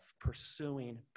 pursuing